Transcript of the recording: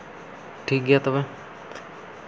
ᱴᱷᱤᱠ ᱜᱮᱭᱟ ᱛᱚᱵᱮ